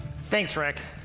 thanks, rick.